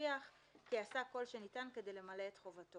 הוכיח כי עשה כל שניתן כדי למלא את חובתו.